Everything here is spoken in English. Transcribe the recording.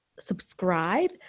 subscribe